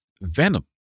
Venom